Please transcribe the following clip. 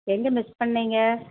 எங்கே மிஸ் பண்ணிங்க